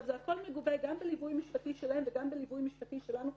הכול מגובה גם בליווי משפטי שלהם וגם בליווי משפטי שלנו,